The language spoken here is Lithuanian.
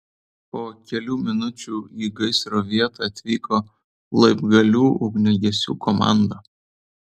po kelių minučių į gaisro vietą atvyko laibgalių ugniagesių komanda